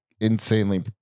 insanely